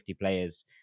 players